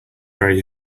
very